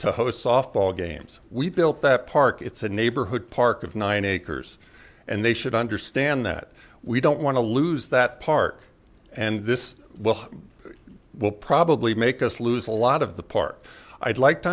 to host softball games we built that park it's a neighborhood park of nine acres and they should understand that we don't want to lose that park and this will probably make us lose a lot of the park i'd like to